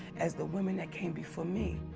as the women that came before me.